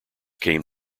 came